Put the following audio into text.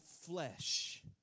flesh